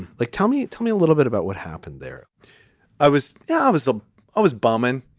like, tell me tell me a little bit about what happened there i was. yeah, i was. ah i was bollman,